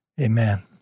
Amen